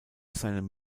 seinem